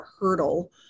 hurdle